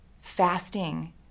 fasting